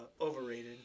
overrated